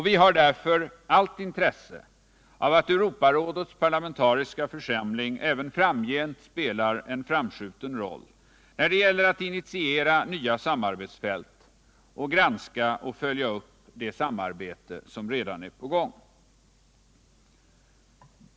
Vi har därför allt intresse av att Europarådets parlamentariska församling även framgent spelar en framskjuten roll när det gäller att initiera nya samarbetsfält och granska och följa upp det samarbete som redan är på gång.